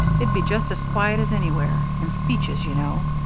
it'd be just as quiet as anywhere and speeches, you know.